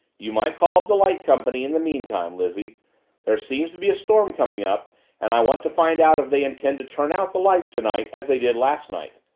you might call up the light company in the meantime, lizzie there seems to be a storm coming up and i want to find out if they intend to turn out the lights tonight as they did last night.